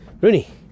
Rooney